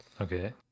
Okay